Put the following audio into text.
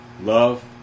love